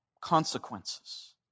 consequences